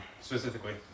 specifically